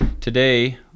Today